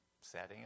setting